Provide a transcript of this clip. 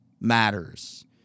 matters